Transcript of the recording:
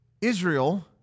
Israel